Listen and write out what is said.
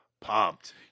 pumped